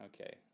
Okay